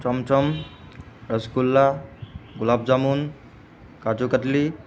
chamcham rasgulla gulab jamun kaju katli